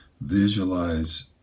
visualize